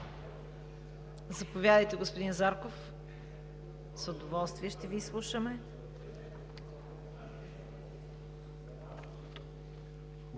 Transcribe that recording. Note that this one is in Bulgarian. Заповядайте, господин Зарков, с удоволствие ще Ви изслушаме.